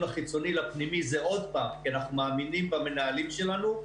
החיצוני לפנימי עוד פעם כי אנחנו מאמינים במנהלים שלנו,